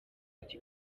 ati